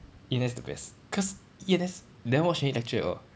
E_N_S is the best cause E_N_S never watch any lecture at all